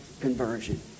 conversion